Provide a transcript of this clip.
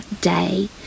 day